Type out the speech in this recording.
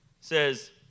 says